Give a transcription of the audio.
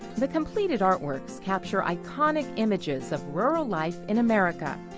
the completed artworks capture iconic images of rural life in america.